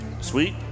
Sweet